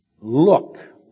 Look